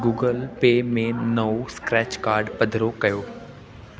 Google Pay में नओं scratch card पधिरो कयो